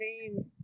teams